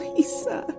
Lisa